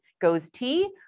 GOES-T